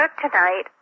tonight